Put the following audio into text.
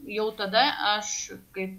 jau tada aš kaip